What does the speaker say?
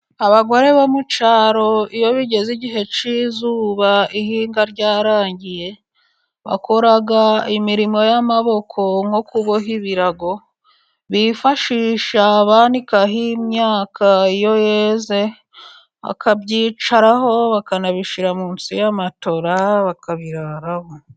Abagore bo mu cyaro, iyo bigeze igihe cy'izuba ihinga ryarangiye, bakora imirimo y'amaboko nko kuboha ibirago bishisha banikaho imyaka iyo yeze, bakabyicaraho, bakanabishyira munsi y'amatora, bakabiraraho.